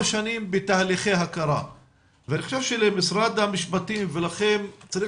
שנים בתהליכי הכרה ואני חושב שלמשרד המשפטים ולכן צריך